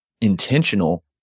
intentional